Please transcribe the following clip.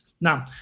Now